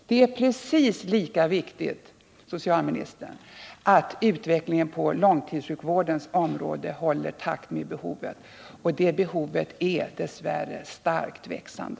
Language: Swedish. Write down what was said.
Det är precis lika viktigt, herr socialminister, att utvecklingen inom långtidsvårdens område håller samma takt som behovet, och detta behov är dess värre starkt växande.